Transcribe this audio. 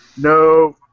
No